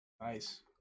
Nice